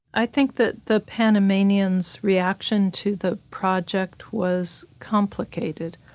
i think that the panamanians' reaction to the project was complicated.